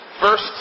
First